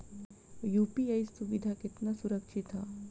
UPI सुविधा केतना सुरक्षित ह?